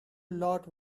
lot